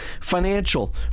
financial